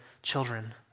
children